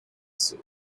soup